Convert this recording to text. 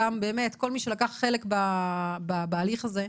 גם באמת כל מי שלקח חלק בהליך הזה,